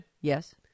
yes